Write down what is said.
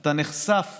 אתה נחשף